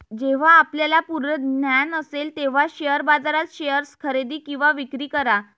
जेव्हा आपल्याला पूर्ण ज्ञान असेल तेव्हाच शेअर बाजारात शेअर्स खरेदी किंवा विक्री करा